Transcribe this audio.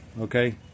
Okay